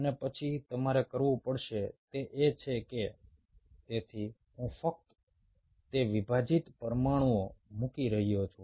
અને પછી તમારે કરવું પડશે તે એ છે કે તેથી હું ફક્ત તે વિભાજીત પરમાણુઓ મૂકી રહ્યો છું